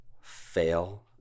fail